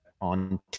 on